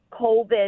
COVID